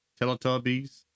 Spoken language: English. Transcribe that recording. Teletubbies